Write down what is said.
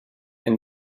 and